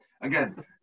Again